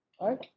right